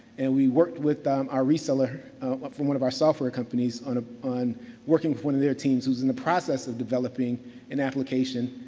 and we worked with our reseller from one of our software companies on ah on working with one of their teams who was in the process of developing an application.